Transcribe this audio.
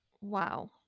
wow